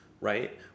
right